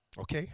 Okay